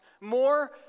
More